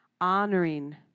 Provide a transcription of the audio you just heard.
honoring